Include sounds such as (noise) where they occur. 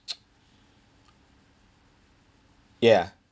(noise) ya